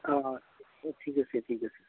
অঁ ঠিক আছে ঠিক আছে